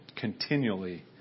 continually